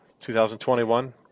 2021